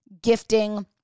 Gifting